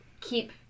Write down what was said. keep